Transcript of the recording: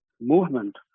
movement